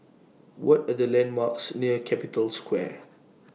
What Are The landmarks near Capital Square